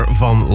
van